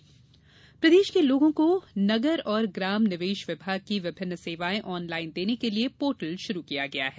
ई portal प्रदेश के लोगों को नगर और ग्राम निवेश विभाग की विभिन्न सेवाएं आनलाइन देने के लिये पोर्टल शुरू किया गया है